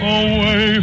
away